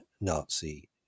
nazi